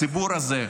הציבור הזה שעובד,